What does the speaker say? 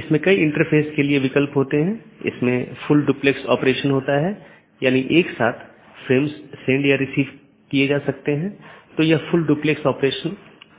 और BGP protocol के तहत एक BGP डिवाइस R6 को EBGP के माध्यम से BGP R1 से जुड़ा हुआ है वहीँ BGP R3 को BGP अपडेट किया